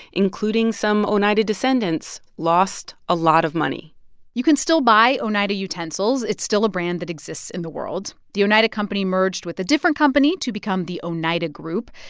including some oneida descendants, lost a lot of money you can still buy oneida utensils. it's still a brand that exists in the world. the oneida company merged with a different company to become the oneida group.